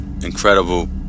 incredible